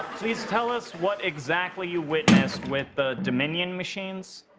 please tell us what exactly you witnessed with the dominion machines.